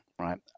right